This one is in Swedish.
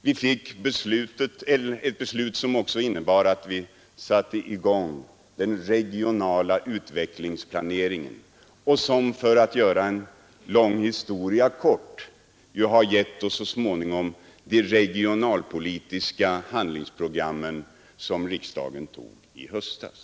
Vi fick ett beslut som också innebar att vi satte i gång den regionala utvecklingsplaneringen och som, för att göra en lång historia kort, så småningom har gett oss de regionalpolitiska handlingsprogrammen som riksdagen antog i höstas.